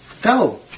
Go